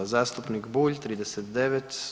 Zastupnik Bulj 39.